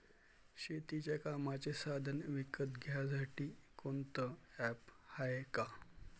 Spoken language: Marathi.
शेतीच्या कामाचे साधनं विकत घ्यासाठी कोनतं ॲप हाये का?